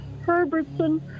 Herbertson